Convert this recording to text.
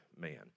man